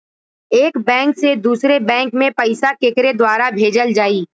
एक बैंक से दूसरे बैंक मे पैसा केकरे द्वारा भेजल जाई?